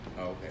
Okay